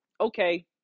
okay